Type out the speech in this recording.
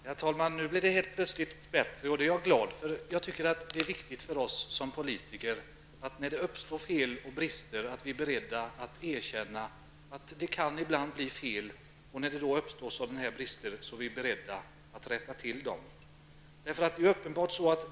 Herr talman! Nu blir det helt plötsligt bättre, och det är jag glad för. När det uppstår fel och brister är det viktigt för oss som politiker att vi är beredda att erkänna att det ibland kan bli fel och att vi är beredda att rätta till dem. Jag har talat om de små i samhället.